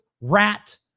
rat